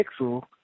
Pixel